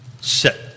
set